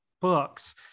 books